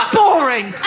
boring